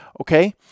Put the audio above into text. Okay